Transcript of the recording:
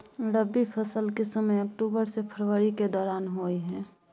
रबी फसल के समय अक्टूबर से फरवरी के दौरान होय हय